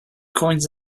coins